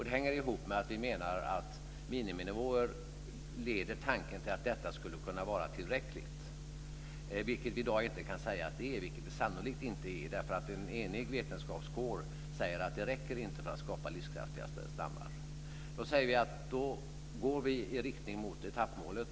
Det hänger ihop med att vi menar att miniminivåer leder tanken till att detta skulle kunna vara tillräckligt, vilket vi i dag inte kan säga att det är och vilket det sannolikt inte är. En enig vetenskapskår säger att det inte räcker för att skapa livskraftiga större stammar. Då säger vi att vi går i riktning mot etappmålet.